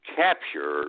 capture